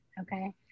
okay